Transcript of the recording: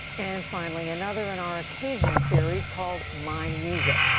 and, finally, another in our occasional series called my music,